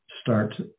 start